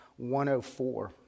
104